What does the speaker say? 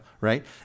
Right